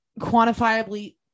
quantifiably